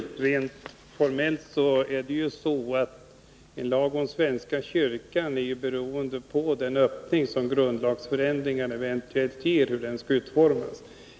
Fru talman! Rent formellt är det ju så att lagstiftningen när det gäller svenska kyrkan beror på den öppning som grundlagsförändringen eventuellt ger.